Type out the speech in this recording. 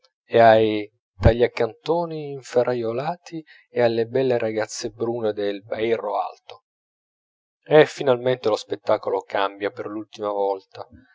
e ai tagliacantoni inferraiolati e alle belle ragazze brune del bairro alto e finalmente lo spettacolo cambia per l'ultima volta